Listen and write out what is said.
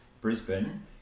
Brisbane